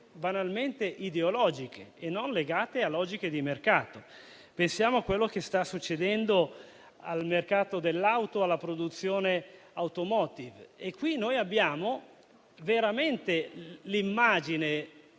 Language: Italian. banalmente ideologiche e non legate a logiche di mercato. Pensiamo a quello che sta succedendo al mercato dell'auto e alla produzione *automotive*; qui noi abbiamo veramente l'immagine